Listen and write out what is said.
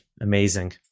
amazing